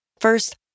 First